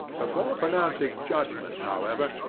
before pronouncing judgment, however,